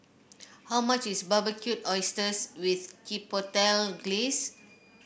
how much is Barbecued Oysters with Chipotle Glaze